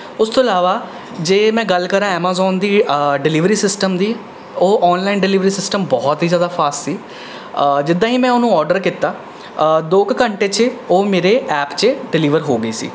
ਉਸ ਤੋਂ ਇਲਾਵਾ ਜੇ ਮੈਂ ਗੱਲ ਕਰਾ ਐਮਾਜ਼ਾਨ ਦੀ ਡਿਲੀਵਰੀ ਸਿਸਟਮ ਦੀ ਉਹ ਔਨਲਾਈਨ ਡਿਲੀਵਰੀ ਸਿਸਟਮ ਬਹੁਤ ਹੀ ਜ਼ਿਆਦਾ ਫਾਸਟ ਸੀ ਜਿੱਦਾਂ ਹੀ ਮੈ ਉਹਨੂੰ ਆਰਡਰ ਕੀਤਾ ਦੋ ਕੁ ਘੰਟੇ 'ਚ ਉਹ ਮੇਰੇ ਐਪ 'ਚ ਡਿਲੀਵਰ ਹੋ ਗਈ ਸੀ